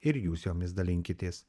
ir jūs jomis dalinkitės